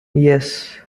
yes